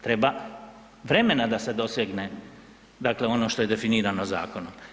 Treba vremena da se dosegne, dakle ono što je definirano zakonom.